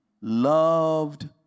loved